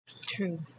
true